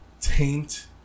taint